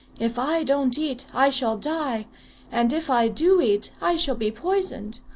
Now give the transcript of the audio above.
if i don't eat i shall die and if i do eat i shall be poisoned.